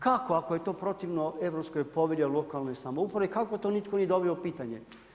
Kako ako je to protivno Europskoj povelji o lokalnoj samoupravi, kako to nitko nije doveo u pitanje?